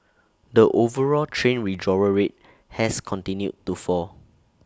the overall train withdrawal rate has continued to fall